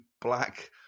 black